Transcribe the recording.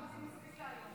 דיברתי מספיק להיום.